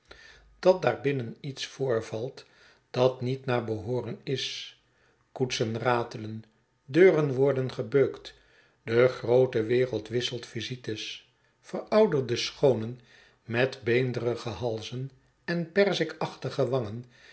dat daarbinnen iets voorvalt dat niet naar behooren is koetsen ratelen deuren worden gebeukt de groote wereld wisselt visites verouderde schoonen met beenderige halzen en perzikachtige